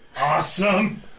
Awesome